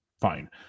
Fine